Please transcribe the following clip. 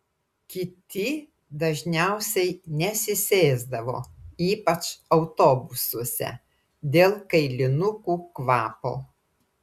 kiti dažniausiai nesisėsdavo ypač autobusuose dėl kailinukų kvapo